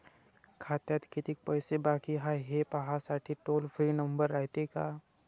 खात्यात कितीक पैसे बाकी हाय, हे पाहासाठी टोल फ्री नंबर रायते का?